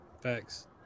Thanks